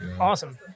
Awesome